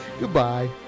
Goodbye